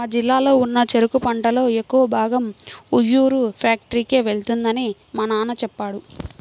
మా జిల్లాలో ఉన్న చెరుకు పంటలో ఎక్కువ భాగం ఉయ్యూరు ఫ్యాక్టరీకే వెళ్తుందని మా నాన్న చెప్పాడు